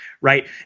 right